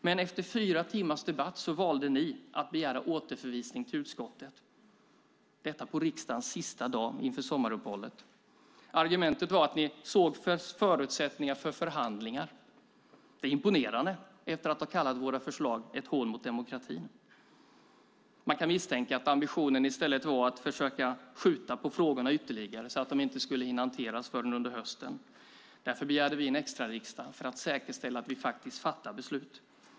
Men efter fyra timmars debatt valde ni att begära återförvisning till utskottet. Detta skedde på riksdagens sista arbetsdag inför sommaruppehållet. Argumentet var att ni såg förutsättningar för förhandlingar. Det är imponerande, efter att ha kallat våra förslag ett hån mot demokratin! Man kan misstänka att ambitionen i stället var att försöka skjuta på frågorna ytterligare så att de inte skulle hinna hanteras förrän under hösten. Därför begärde vi ett extra sammanträde med riksdagen för att säkerställa att vi fattar beslut.